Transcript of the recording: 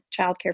childcare